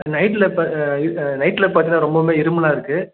நைட்டில் இப்போ இதை நைட்டில் பார்த்தினா ரொம்பவுமே இருமலாக இருக்குது